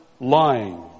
lying